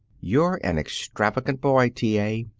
you're an extravagant boy, t. a.